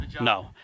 No